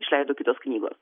išleido kitos knygos